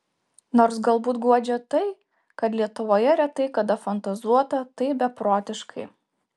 nors galbūt guodžia tai kad lietuvoje retai kada fantazuota taip beprotiškai